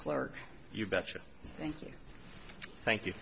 clerk you betcha thank you